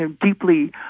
deeply